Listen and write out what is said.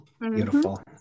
Beautiful